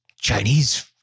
chinese